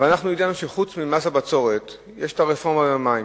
אבל אנחנו יודעים שחוץ ממס הבצורת יש הרפורמה במים,